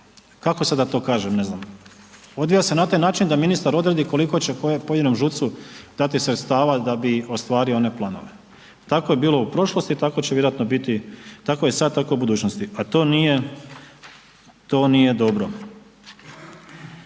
kako sad da to kažem ne znam, odvija se na taj način da ministar odredi koliko će kojem pojedinom ŽUC-u dati sredstava da bi ostvario one planove. Tako je bilo u prošlosti, tako će vjerojatno biti, tako je sad, tako u budućnosti, a to nije, to